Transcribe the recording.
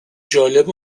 جالب